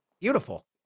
Beautiful